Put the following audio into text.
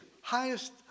highest